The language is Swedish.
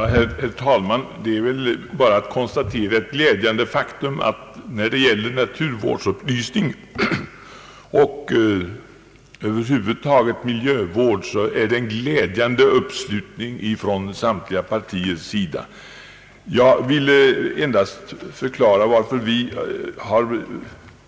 Herr talman! Det är väl bara att konstatera en glädjande uppslutning från samtliga partiers sida när det gäller naturvårdsupplysning och miljövård. Jag ville endast förklara varför vi har